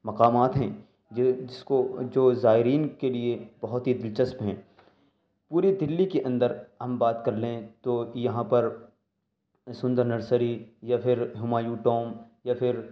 مقامات ہیں جو جس کو جو زائرین کے لیے بہت ہی دلچسپ ہیں پوری دلّی کے اندر ہم بات کر لیں تو یہاں پر سندر نرسری یا پھر ہمایوں ٹامب یا پھر